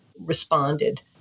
responded